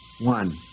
One